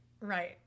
Right